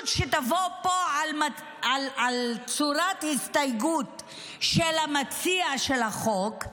שתבוא פה על צורת הסתייגות של המציע של החוק,